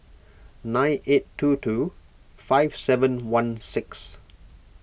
nine eight two two five seven one six